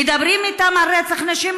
מדברים אתם על רצח נשים,